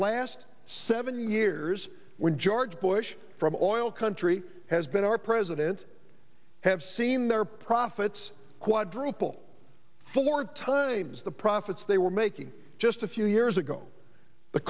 last seven years when george bush from all country has been our president have seen their profits quadruple four times the profits they were making just a few years ago the